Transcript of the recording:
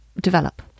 develop